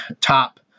top